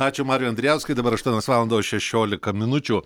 ačiū mariui andrijauskui dabar aštuonios valandos šešiolika minučių